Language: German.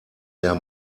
der